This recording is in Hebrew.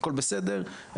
הכול בסדר,